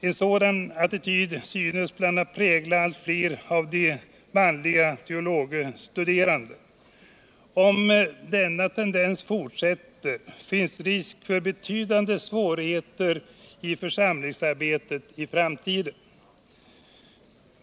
En sådan attityd synes bl.a. prägla allt fler av de manliga teologistuderandena. Om denna tendens fortsätter, föreligger risk för betydande svårigheter i församlingsarbetet i framtiden.